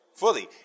Fully